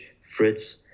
Fritz